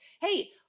hey